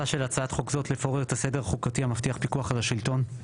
מטרתה של הצעת חוק זו לפורר את הסדר החוקתי המבטיח פיקוח על השלטון.